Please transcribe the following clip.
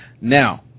Now